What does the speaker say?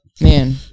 man